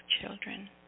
children